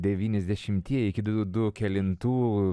devyniasdešimtieji iki du du kelintų